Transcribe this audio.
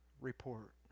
report